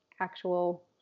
actual